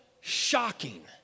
shocking